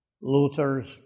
Luther's